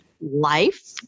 life